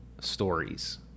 stories